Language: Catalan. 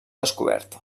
descoberta